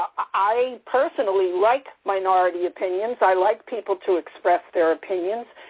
i, personally, like minority opinions i like people to express their opinions.